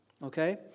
Okay